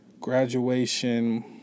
Graduation